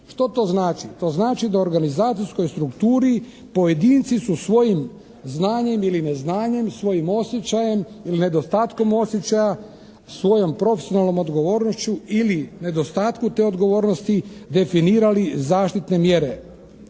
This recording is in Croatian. Što to znači? To znači da organizacijskoj strukturi pojedinci su svojim znanjem ili neznanjem, svojim osjećajem ili nedostatkom osjećaja, svojom profesionalnom odgovornošću ili nedostatku te odgovornosti definirali zaštitne mjere.